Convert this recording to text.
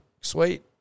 sweet